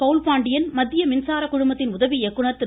பவுல் பாண்டியன் மத்திய மின்சார குழுமத்தின் உதவி இயக்குநர் திரு